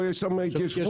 לא תהיה שם התיישבות.